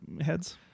heads